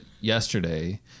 yesterday